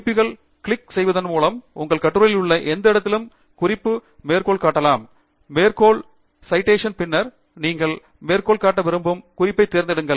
குறிப்புகளை கிளிக் செய்வதன் மூலம் உங்கள் கட்டுரையில் உள்ள எந்த இடத்திலும் குறிப்பை மேற்கோள் காட்டலாம் மேற்கோளிடு சைட்டேஷன் பின்னர் நீங்கள் மேற்கோள் காட்ட விரும்பும் குறிப்பை தேர்ந்தெடுங்கள்